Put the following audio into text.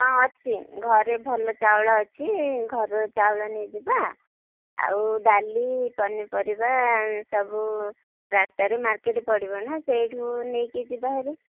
ହଁ ଅଛି ଘରେ ଭଲ ଚାଉଳ ଅଛି ଘର ଚାଉଳ ନେଇଯିବା ଆଉ ଡାଲି ପନିପରିବା ସବୁ ରାସ୍ତାରେ ମାର୍କେଟ୍ ପଡ଼ିବ ନା ସେଇଠୁ ନେଇକି ଯିବା ହେରି